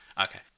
Okay